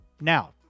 Now